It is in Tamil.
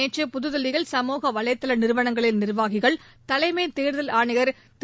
நேற்று புதுதில்லியில் சமூக வலைதள நிறுவனங்களின் நிர்வாகிகள் தலைமைத் தேர்தல் ஆணையர் திரு